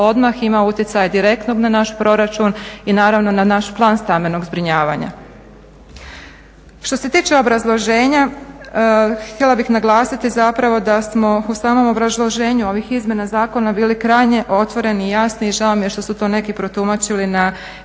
odmah ima utjecaj direktno na naš proračun i naravno na naša plan stambenog zbrinjavanja. Što se tiče obrazloženja, htjela bih naglasiti zapravo da smo u samom obrazloženju ovih izmjena zakona bili krajnje otvoreni i jasni, i žao mi je što su to neki protumačili na jedan